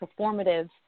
performative